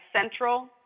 central